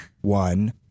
one